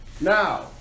Now